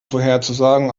vorherzusagen